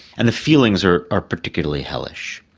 and the feelings are are particularly hellish.